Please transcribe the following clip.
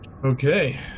Okay